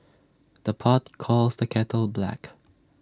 the pot calls the kettle black